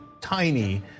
tiny